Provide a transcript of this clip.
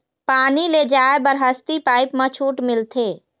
पानी ले जाय बर हसती पाइप मा छूट मिलथे?